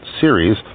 series